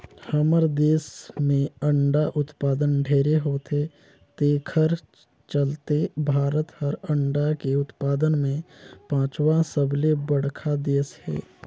हमर देस में अंडा उत्पादन ढेरे होथे तेखर चलते भारत हर अंडा के उत्पादन में पांचवा सबले बड़खा देस हे